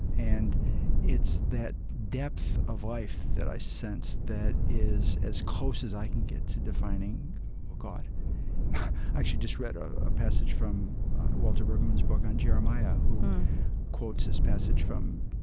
and it's that depth of life that i sense that is as close as i can get to defining god. i actually just read a passage from walter brueggemann's book on jeremiah, who quotes this passage from,